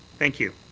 thank you.